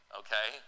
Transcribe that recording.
okay